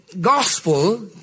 Gospel